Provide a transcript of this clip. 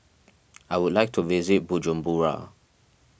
I would like to visit Bujumbura